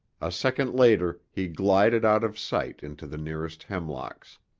a second later he glided out of sight into the nearest hemlocks.